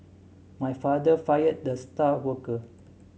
my father fired the star worker